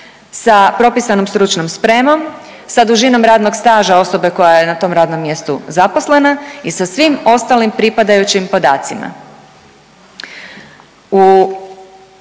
sa propisanom stručnom spremom, sa dužnom radnog staža osobe koja je na tom radnom mjestu zaposlena i sa svim ostalim pripadajućim podacima.